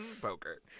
poker